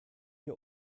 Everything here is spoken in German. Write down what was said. ihr